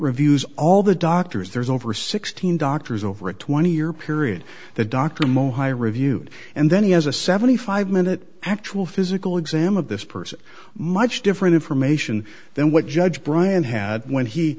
reviews all the doctors there's over sixteen doctors over a twenty year period that dr mohai reviewed and then he has a seventy five minute actual physical exam of this person much different information than what judge brian had when he